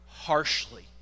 harshly